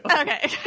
Okay